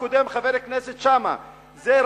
ועל אפך וכל הגזענים כמוך, תודה רבה.